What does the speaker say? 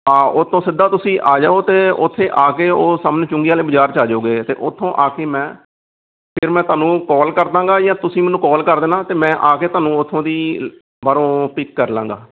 ਹਾਂ ਉਹ ਤੋਂ ਸਿੱਧਾ ਤੁਸੀਂ ਆ ਜਾਓ ਅਤੇ ਉੱਥੇ ਆ ਕੇ ਉਹ ਸਾਹਮਣੇ ਚੁੰਗੀ ਵਾਲੇ ਬਾਜ਼ਾਰ 'ਚ ਆ ਜਾਓਗੇ ਅਤੇ ਉੱਥੋਂ ਆ ਕੇ ਮੈਂ ਫਿਰ ਮੈਂ ਤੁਹਾਨੂੰ ਕੋਲ ਕਰ ਦਾਂਗਾ ਜਾਂ ਤੁਸੀਂ ਮੈਨੂੰ ਕੋਲ ਕਰ ਦੇਣਾ ਅਤੇ ਮੈਂ ਆ ਕੇ ਤੁਹਾਨੂੰ ਉੱਥੋਂ ਦੀ ਬਾਹਰੋਂ ਪਿੱਕ ਕਰ ਲਾਂਗਾ